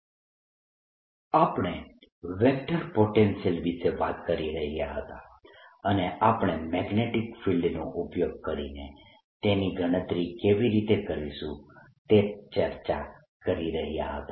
આપેલ magnetic field માટે vector પોટેન્શિયલની ગણતરી આપણે વેક્ટર પોટેન્શિયલ વિશે વાત કરી રહ્યા હતા અને આપણે મેગ્નેટીક ફિલ્ડ નો ઉપયોગ કરીને તેની ગણતરી કેવી રીતે કરીશું તે ચર્ચા કરી રહયા હતા